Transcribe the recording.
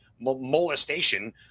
molestation